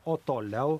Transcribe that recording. o toliau